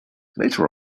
later